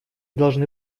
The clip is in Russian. должны